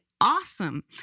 awesome